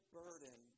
burden